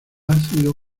ácido